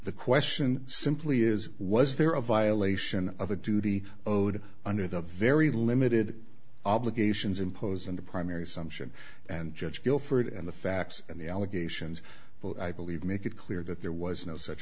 the question simply is was there a violation of a duty owed under the very limited obligations imposed on the primary sumption and judge guilford in the facts and the allegations i believe make it clear that there was no such